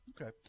Okay